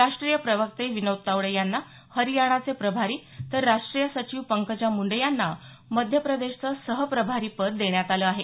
राष्ट्रीय प्रवक्ते विनोद तावडे यांना हरियाणाचे प्रभारी तर राष्ट्रीय सचिव पंकजा मुंडे यांना मध्यप्रदेशचं सहप्रभारीपद देण्यात आलं आहे